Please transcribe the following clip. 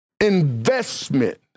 investment